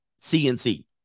CNC